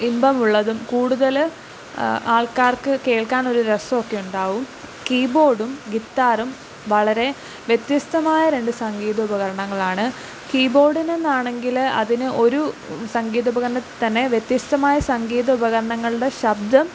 ഇമ്പമുള്ളതും കൂടുതൽ ആൾക്കാർക്ക് കേൾക്കാനൊരു രസമൊക്കെ ഉണ്ടാവും കീബോർഡും ഗിത്താറും വളരെ വ്യത്യസ്തമായ രണ്ട് സംഗീത ഉപകരണങ്ങളാണ് കീബോർഡിനെന്നാണെങ്കിൽ അതിന് ഒരു സംഗീത ഉപകരണത്തിൽ തന്നെ വ്യത്യസ്തമായ സംഗീത ഉപകരണങ്ങളുടെ ശബ്ദം